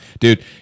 Dude